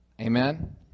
Amen